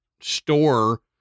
store